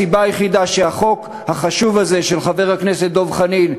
הסיבה היחידה שהחוק החשוב הזה של חבר הכנסת דב חנין,